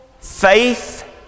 faith